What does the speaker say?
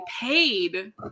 paid